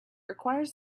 requires